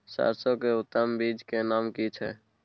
सरसो के उत्तम बीज के नाम की छै?